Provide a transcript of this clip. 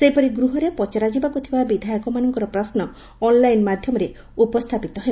ସେହିପରି ଗୃହରେ ପଚରା ଯିବାକୁ ଥିବା ବିଧାୟକମାନଙ୍କ ପ୍ରଶ୍ନ ଅନ୍ଲାଇନ୍ ମାଧ୍ଧମରେ ଉପସ୍ତାପିତ ହେବ